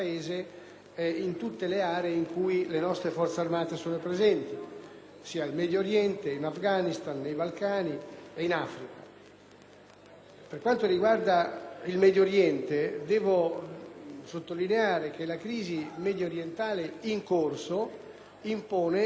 ossia nel Medio Oriente, in Afghanistan, nei Balcani ed in Africa. Per quanto riguarda il Medio Oriente, sottolineo che la crisi mediorientale in corso impone un'attenta meditazione della presenza italiana nell'area: